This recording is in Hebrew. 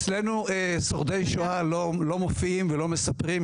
אצלנו שורדי שואה לא מופיעים ולא מספרים,